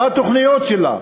מה התוכניות שלה?